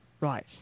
Right